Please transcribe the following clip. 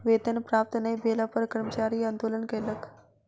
वेतन प्राप्त नै भेला पर कर्मचारी आंदोलन कयलक